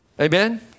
Amen